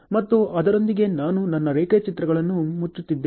ಮತ್ತು ಅದರೊಂದಿಗೆ ನಾನು ನನ್ನ ರೇಖಾಚಿತ್ರಗಳನ್ನು ಮುಚ್ಚುತ್ತಿದ್ದೇನೆ